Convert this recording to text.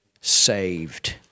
saved